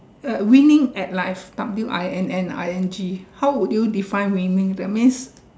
uh winning at life W I N N I N G how would you define winning that means